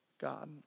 God